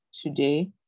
today